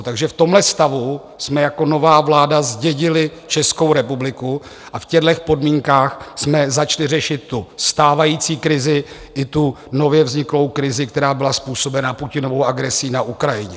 Takže v tomhle stavu jsme jako nová vláda zdědili Českou republiku a v těchto podmínkách jsme začali řešit tu stávající krizi i tu nově vzniklou krizi, která byla způsobena Putinovou agresí na Ukrajině.